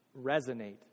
resonate